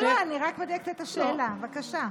בבקשה.